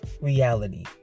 reality